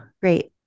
Great